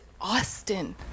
Austin